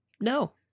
No